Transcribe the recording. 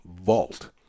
vault